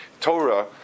Torah